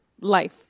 life